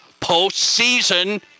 postseason